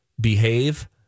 behave